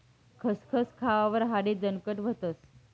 खसखस खावावर हाडे दणकट व्हतस